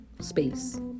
space